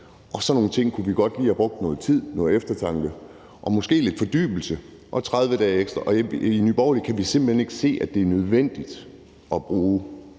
Sådan nogle ting kunne vi godt lige have brugt noget tid på, noget eftertanke på og måske lidt fordybelse og 30 dage ekstra. I Nye Borgerlige kan vi simpelt hen ikke se, at det er nødvendigt at bruge